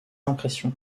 impressions